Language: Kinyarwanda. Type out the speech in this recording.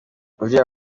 uriya